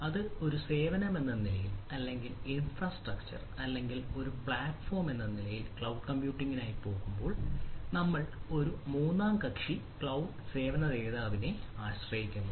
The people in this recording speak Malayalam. അത് ഒരു സേവനമെന്ന നിലയിൽ അല്ലെങ്കിൽ ഇൻഫ്രാസ്ട്രക്ചർ അല്ലെങ്കിൽ ഒരു പ്ലാറ്റ്ഫോം എന്ന നിലയിൽ ക്ലൌഡ് കമ്പ്യൂട്ടിംഗിനായി പോകുമ്പോൾ നമ്മൾ ഒരു മൂന്നാം കക്ഷി ക്ലൌഡ് സേവന ദാതാവിനെ ആശ്രയിക്കുന്നു